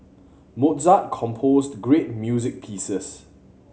Mozart composed great music pieces